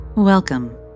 Welcome